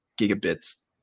gigabits